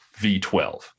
V12